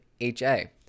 HA